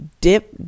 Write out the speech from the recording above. dip